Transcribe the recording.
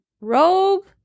rogue